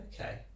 okay